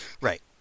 Right